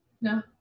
No